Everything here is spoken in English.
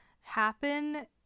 happen